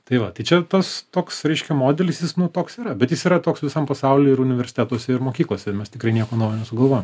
tai va tai čia tas toks reiškia modelis jis nu toks yra bet jis yra toks visam pasauly ir universitetuose ir mokyklose ir mes tikrai nieko naujo nesugalvojom